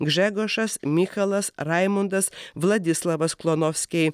gžegožas mychalas raimundas vladislavas klonovskiai